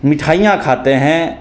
मिठाईयाँ खाते हैं